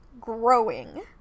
growing